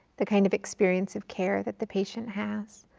the kind of experience of care that the patient has.